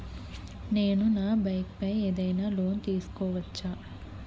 నేను నా బైక్ పై ఏదైనా లోన్ తీసుకోవచ్చా?